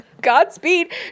Godspeed